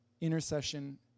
Intercession